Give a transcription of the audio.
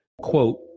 quote